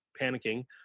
panicking